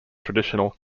traditional